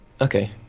Okay